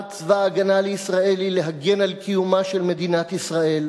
צבא-הגנה לישראל היא להגן על קיומה של מדינת ישראל,